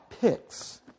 picks